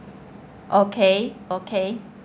okay okay